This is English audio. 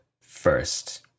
first